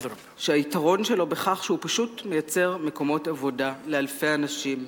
שהיתרון שלו בכך שהוא פשוט מייצר מקומות עבודה לאלפי אנשים,